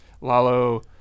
Lalo